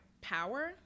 power